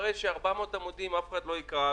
מראה ש-400 עמודים אף אחד לא יקרא.